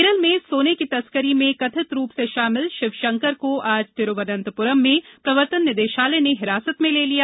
केरल में सोने की तस्करी में कथित रूप से शामिल शिवशंकर को आज तिरुवनंतपुरम में प्रवर्तन निदेशालय ने हिरासत में ले लिया